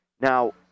Now